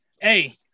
hey